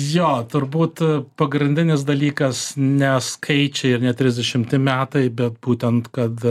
jo turbūt pagrindinis dalykas ne skaičiai ir ne trisdešimti metai bet būtent kad